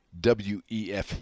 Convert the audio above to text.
WEF